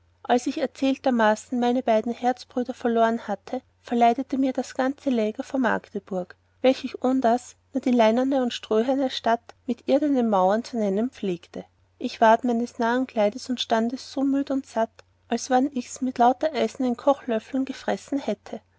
als ich erzähltermaßen meine beide herzbrüder verloren hatte verleidete mir das ganze läger vor magdeburg welches ich ohndas nur eine leinerne und ströherne stadt mit irdenen mauren zu nennen pflegte ich ward meines narrenkleides und standes so müd und satt als wann ichs mit lauter eisernen kochlöffeln gefressen hätte